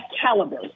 caliber